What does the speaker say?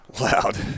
Loud